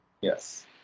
Yes